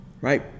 right